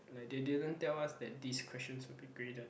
like they didn't tell us that this questions will be graded